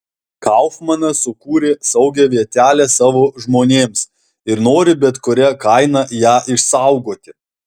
kaufmanas sukūrė saugią vietelę savo žmonėms ir nori bet kuria kaina ją išsaugoti